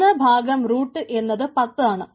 ഒന്ന് ഭാഗം റൂട്ട് എന്നത് 10 ആണ്